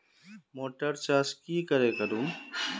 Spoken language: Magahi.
मोटर चास की करे करूम?